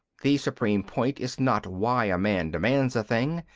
the supreme point is not why a man demands a thing,